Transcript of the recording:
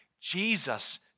Jesus